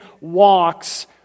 walks